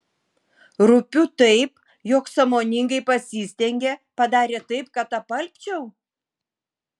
rūpiu taip jog sąmoningai pasistengė padarė taip kad apalpčiau